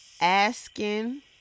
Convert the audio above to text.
asking